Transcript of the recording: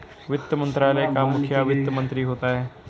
वित्त मंत्रालय का मुखिया वित्त मंत्री होता है